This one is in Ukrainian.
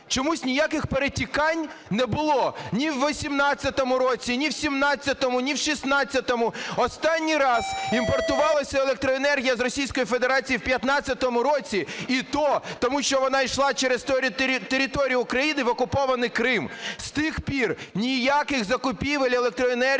Чомусь ніяких перетікань не було ні у 18-му році, ні в 17-му, ні в 16-му. Останній раз імпортувалась електроенергія з Російської Федерації в 15-му році і то тому, що вона йшла через територію України в окупований Крим. З тих пір ніяких закупівель електроенергії